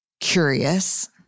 curious